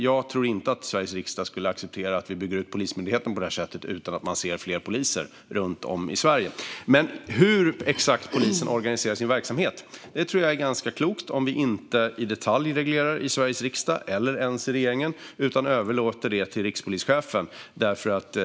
Jag tror inte att Sveriges riksdag skulle acceptera att vi bygger ut Polismyndigheten på det sättet utan att det syns fler poliser runt om i Sverige. Jag tror att det är klokt om Sveriges riksdag eller regeringen inte i detalj reglerar exakt hur polisen ska organisera sin verksamhet utan överlåter det till rikspolischefen.